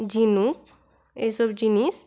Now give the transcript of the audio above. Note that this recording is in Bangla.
ঝিনুক এসব জিনিস